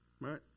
right